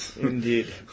indeed